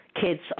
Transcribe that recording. Kids